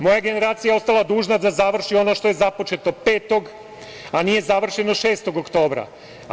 Moja generacija je ostala dužna da završi ono što je započeto 5. a nije završeno 6. oktobra"